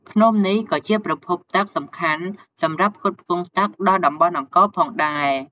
ភ្នំនេះក៏ជាប្រភពទឹកសំខាន់សម្រាប់ផ្គត់ផ្គង់ទឹកដល់តំបន់អង្គរផងដែរ។